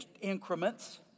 increments